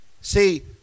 See